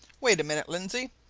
wait a minute, lindsey!